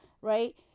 right